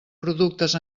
productes